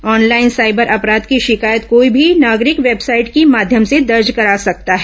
online cyber अपराध की शिकायत कोई भी नागरिक वेबसाइट की माध्यम से दर्ज करा सकता है